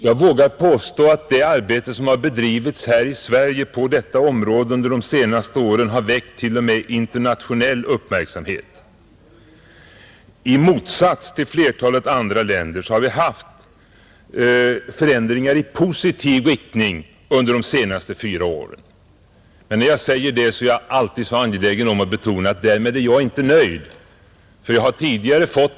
Jag vill också påstå att det arbete som under de senaste åren har bedrivits här i Sverige på detta område t.o.m. har väckt internationell uppmärksamhet, I motsats till flera andra länder har vi under de senaste fyra åren kunnat notera förändringar i positiv riktning. Men när jag säger det vill jag tillägga, som jag brukar göra, att jag är angelägen om att betona att jag inte är nöjd med det.